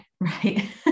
right